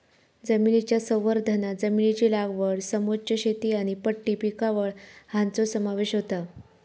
जमनीच्या संवर्धनांत जमनीची लागवड समोच्च शेती आनी पट्टी पिकावळ हांचो समावेश होता